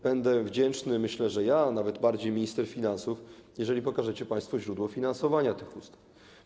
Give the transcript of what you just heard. Będę wdzięczny - myślę, że ja, a nawet bardziej minister finansów - jeżeli pokażecie państwo źródło finansowania tych ustaw.